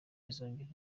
izongera